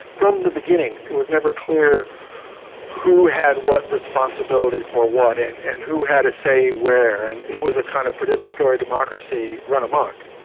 from the beginning it was never clear who had what responsibility for what, and and who had a say where, and it was a kind of participatory democracy run amok.